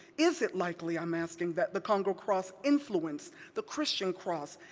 is it likely, i'm asking, that the kongo cross influenced the christian cross,